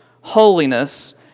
holiness